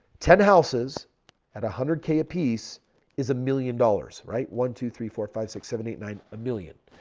ten houses at a one hundred k a piece is a million dollars, right? one, two, three, four, five, six, seven, eight, nine, a million.